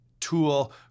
tool